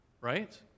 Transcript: Right